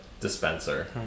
dispenser